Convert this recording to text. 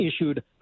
issued